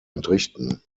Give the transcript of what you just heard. entrichten